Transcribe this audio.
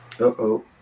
Uh-oh